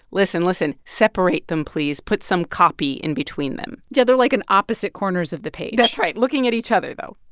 listen, listen, separate them please. put some copy in between them yeah, they're, like, in opposite corners of the page that's right, looking at each other, though.